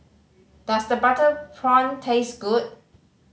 does the butter prawn taste good